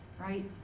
right